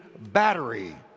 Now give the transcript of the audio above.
battery